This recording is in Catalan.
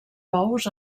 bous